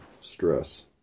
stress